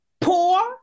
poor